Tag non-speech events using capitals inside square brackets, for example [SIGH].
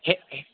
[UNINTELLIGIBLE]